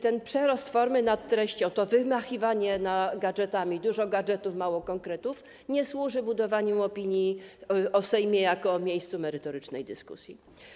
Ten przerost formy nad treścią, to wymachiwanie gadżetami - dużo gadżetów, mało konkretów - nie służy budowaniu opinii o Sejmie jako o miejscu merytorycznej dyskusji.